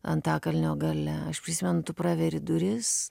antakalnio gale aš prisimenu tu praveri duris